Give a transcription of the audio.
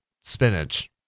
spinach